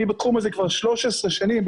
אני בתחום הזה כבר 13 שנים,